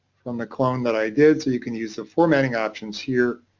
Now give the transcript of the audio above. on the clone that i did, so you can use the formatting options here.